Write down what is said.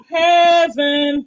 heaven